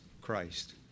Christ